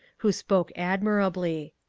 who spoke admirably.